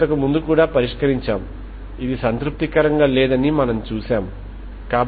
ఇప్పటివరకు మనము initial condition లను ఉపయోగించలేదు